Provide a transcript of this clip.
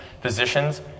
physicians